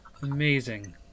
Amazing